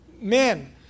men